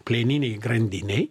plieninei grandinei